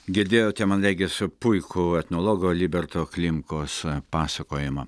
girdėjote man regisi puikų etnologo liberto klimkos pasakojimą